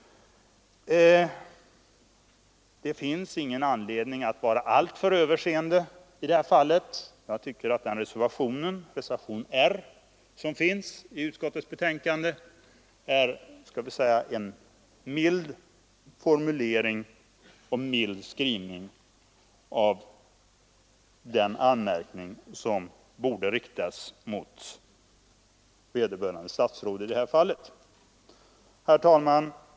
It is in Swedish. Det finns ingen anledning att i detta fall vara alltför överseende. Jag tycker att reservationen R till utskottets betänkande är en mild skrivning av den anmärkning som borde riktas mot vederbörande statsråd. Herr talman!